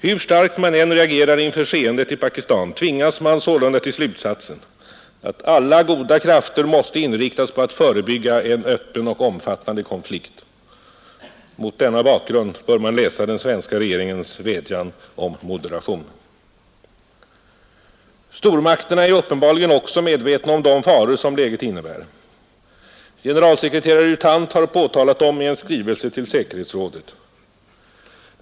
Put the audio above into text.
Hur starkt man än reagerar inför skeendet i Pakistan tvingas man sålunda till slutsatsen att alla goda krafter måste inriktas på att förebygga en öppen och omfattande konflikt. Mot denna bakgrund bör man läsa den svenska regeringens vädjan om moderation. Stormakterna är uppenbarligen också medvetna om de faror som läget innebär. Generalsekreterare U Thant har påtalat dem i en skrivelse till säkerhetsrådet.